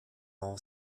all